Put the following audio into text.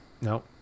No